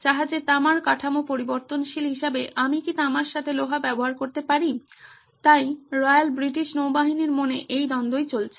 জাহাজের তামার কাঠামো পরিবর্তনশীল হিসাবে আমি কি তামার সাথে লোহা ব্যবহার করতে পারি তাই রয়্যাল ব্রিটিশ নৌবাহিনীর মনে এই দ্বন্দ্বই চলছে